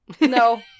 no